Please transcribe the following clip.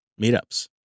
meetups